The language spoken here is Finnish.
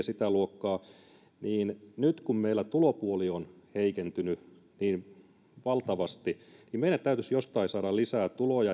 sitä luokkaa niin nyt kun meillä tulopuoli on heikentynyt niin valtavasti niin meidän täytyisi jostain saada lisää tuloja